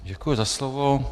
Děkuji za slovo.